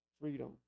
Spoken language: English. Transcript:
freedom